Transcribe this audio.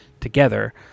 together